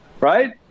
right